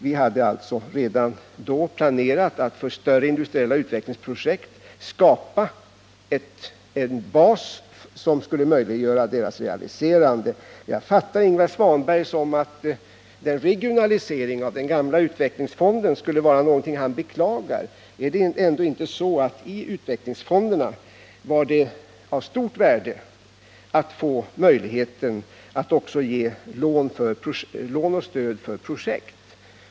Vi hade alltså redan då planerat att för större industriella utvecklingsprojekt skapa en bas som skulle möjliggöra deras realiserande. Jag uppfattade det som att Ingvar Svanberg beklagade regionaliseringen av den gamla utvecklingsfonden. Var det ändå inte av stort värde att utvecklingsfonderna fick möjlighet att också ge lån och stöd för projekt?